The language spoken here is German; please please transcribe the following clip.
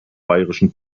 bayerischen